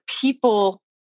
people